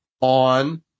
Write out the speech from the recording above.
on